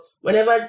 whenever